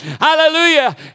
Hallelujah